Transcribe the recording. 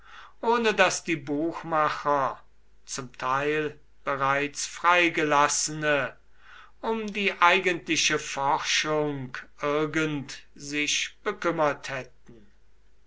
ohne daß die buchmacher zum teil bereits freigelassene um die eigentliche forschung irgend sich bekümmert hätten